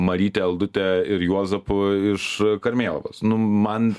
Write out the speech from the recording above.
maryte aldute ir juozapu iš karmėlavos man